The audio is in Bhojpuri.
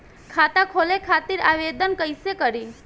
खाता खोले खातिर आवेदन कइसे करी?